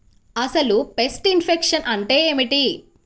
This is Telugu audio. అసలు పెస్ట్ ఇన్ఫెక్షన్ అంటే ఏమిటి?